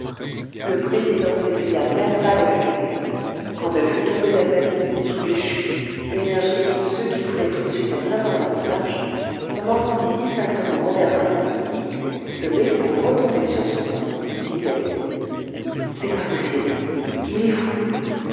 le président n'essaya même pas de la calmer quand elle fut tombée d'elle-même sous les chuts énergiques de ceux qui voulaient tout de suite en savoir davantage on entendit distinctement robert darzac qui disait c'est impossible il est fou